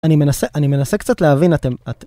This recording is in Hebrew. אני מנסה, אני מנסה קצת להבין אתם...